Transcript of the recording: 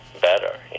better